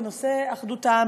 בנושא אחדות העם.